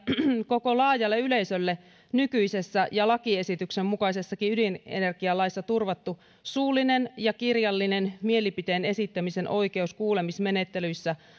koko laajalle yleisölle nykyisessä ja lakiesityksen mukaisessakin ydinenergialaissa turvattu suullinen ja kirjallinen mielipiteen esittämisen oikeus kuulemismenettelyissä